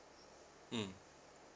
mm